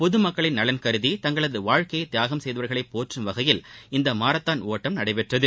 பொதுமக்களின் நலன் கருதி தங்களது வாழ்க்கையை தியாகம் செய்தவர்களை போற்றும் வகையில் இந்த மாரத்தான் நடைபெற்றது